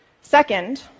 Second